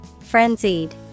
Frenzied